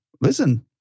listen